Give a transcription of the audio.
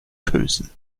kösen